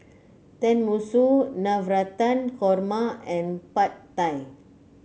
Tenmusu Navratan Korma and Pad Thai